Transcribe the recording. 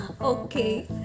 Okay